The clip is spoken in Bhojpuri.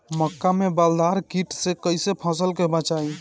मक्का में बालदार कीट से कईसे फसल के बचाई?